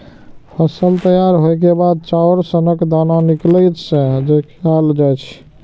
फसल तैयार होइ के बाद चाउर सनक दाना निकलै छै, जे खायल जाए छै